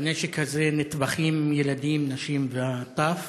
בנשק הזה נטבחים ילדים, נשים וטף.